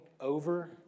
over